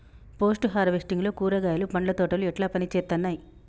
Post harvesting లో కూరగాయలు పండ్ల తోటలు ఎట్లా పనిచేత్తనయ్?